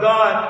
God